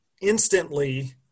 instantly